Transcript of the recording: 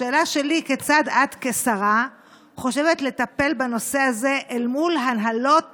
השאלה שלי היא כיצד את כשרה חושבת לטפל בנושא הזה אל מול הנהלות